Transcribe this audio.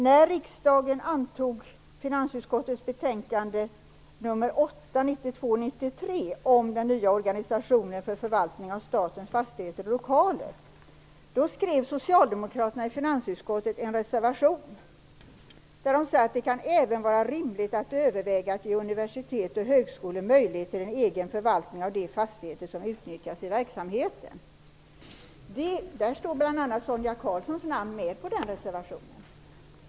När riksdagen antog finansutskottets betänkande 1992/93 nr 8 om den nya organisationen för förvaltning av statens fastigheter och lokaler skrev socialdemokraterna i finansutskottet en reservation där de sade att det även kan vara rimligt att överväga att ge universitet och högskolor möjligheter till egen förvaltning av de fastigheter som utnyttjas i verksamheten. På den reservationen står bl.a. Sonia Karlssons namn med.